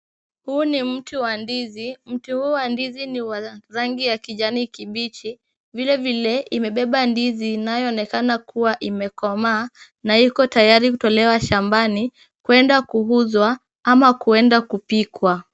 Huu ni mti wa ndizi. Mti huu wa ndizi ni wa rangi ya kijani kibichi. Vile vile imebeba ndizi inayoonekana kuwa imekomaa na iko tayari kutolewa shambani, kwenda kuuzwa ama kwenda kupikwa.